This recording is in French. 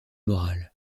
morale